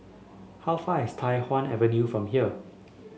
how far is Tai Hwan Avenue from here